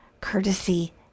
Courtesy